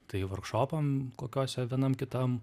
tai varkšopam kokiuose vienam kitam